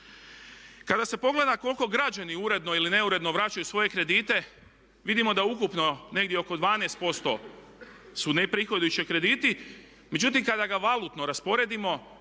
Kada se pogleda koliko građani uredno ili neuredno vraćaju svoje kredite vidimo da ukupno negdje oko 12% su neprihodujući krediti. Međutim, kada ga valutno rasporedimo